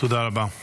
תודה רבה.